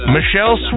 Michelle